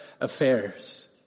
affairs